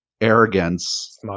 arrogance